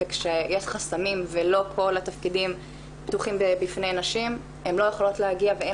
וכשיש חסמים ולא כל התפקידים פתוחים בפני נשים הן לא יכולות להגיע ואין